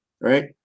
Right